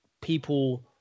people